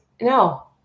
no